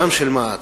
גם של מע"צ,